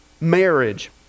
marriage